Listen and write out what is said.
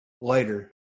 Later